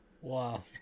wow